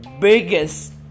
biggest